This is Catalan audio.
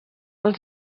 als